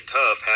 tough